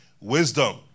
wisdom